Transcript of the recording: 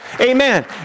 Amen